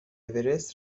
اورست